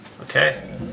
Okay